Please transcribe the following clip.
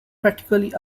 practically